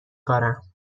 کارم